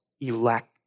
elect